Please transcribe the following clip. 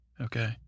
okay